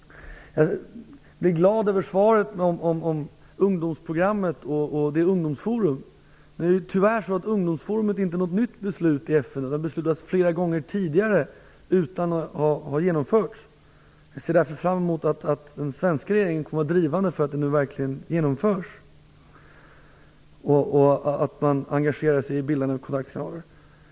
Jag blev glad över svaret om ungdomsprogrammet och ungdomsforum. Tyvärr är beslutet om ungdomsforum inte nytt i FN. Man har beslutat om det flera gånger tidigare utan att beslutet har genomförts. Jag ser därför fram emot att den svenska regeringen kommer att vara drivande för att beslutet verkligen genomförs och att man engagerar sig i bildandet av kontaktkanaler.